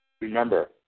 remember